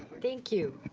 thank you.